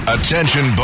Attention